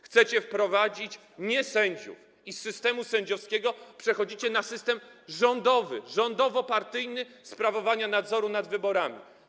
Chcecie wprowadzić niesędziów i z systemu sędziowskiego przechodzicie na system rządowy, rządowo-partyjny sposób sprawowania nadzoru nad wyborami.